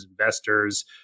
investors